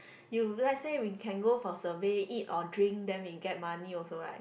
you let's say we can go for survey eat or drink then we get money also right